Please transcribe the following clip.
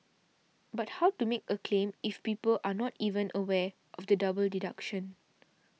but how to make a claim if people are not even aware of the double deduction